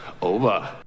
over